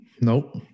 Nope